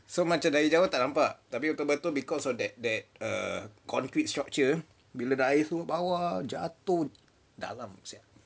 so macam dari jauh tak nampak tapi betul-betul because of that that err concrete structure bila dah air tumpah bawah jatuh dalam seh